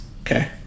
Okay